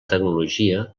tecnologia